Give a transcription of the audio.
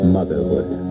Motherhood